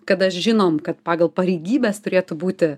kada žinom kad pagal pareigybes turėtų būti